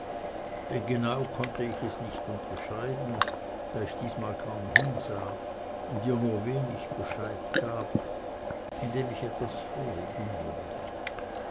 denn genau konnte ich es nicht unterscheiden da ich diesmal kaum hinsah und ihr nur wenig bescheid gab indem ich etwas verlegen wurde